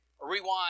rewind